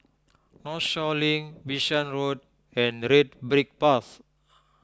Northshore Link Bishan Road and Red Brick Path